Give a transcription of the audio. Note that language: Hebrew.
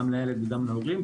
גם לילד וגם להורים,